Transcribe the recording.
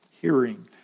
hearing